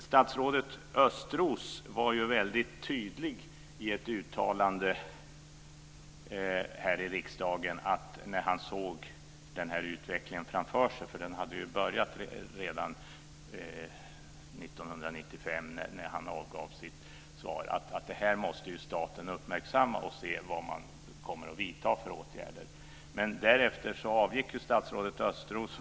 Statsrådet Östros var ju väldigt tydlig i ett uttalande här i riksdagen. Han såg den här utvecklingen framför sig, eftersom den inleddes redan 1995 när han avgav ett svar här i kammaren. Han sade då att staten måste uppmärksamma detta och se efter vilka åtgärder man kommer att vidta. Men därefter avgick statsrådet Östros.